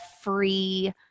free